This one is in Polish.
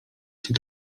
cię